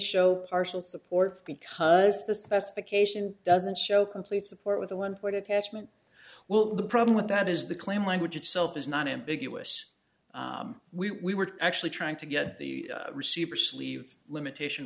show partial support because the specification doesn't show complete support with a one point attachment well the problem with that is the claim language itself is not ambiguous we were actually trying to get the receiver sleeve limitation